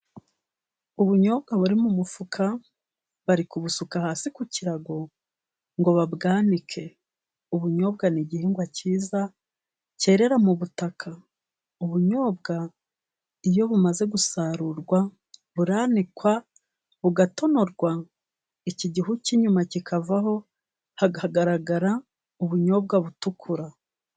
Ubunyobwa buri mu mufuka bari kubusuka hasi ku kirago ngo babwanike. Ubunyobwa ni igihingwa cyiza cyerera mu butaka. Ubunyobwa iyo bumaze gusarurwa buranikwa, bugatonorwa, iki gihu cy'inyuma kikavaho, hagasigara ubunyobwa butukura.